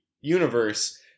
universe